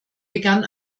begann